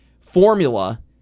formula